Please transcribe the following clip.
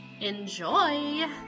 enjoy